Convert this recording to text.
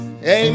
Amen